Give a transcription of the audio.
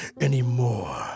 anymore